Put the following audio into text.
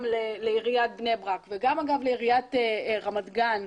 לעיריית בני ברק וגם אגב לעיריית רמת גן,